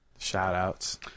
Shoutouts